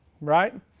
right